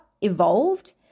evolved